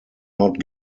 not